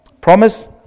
Promise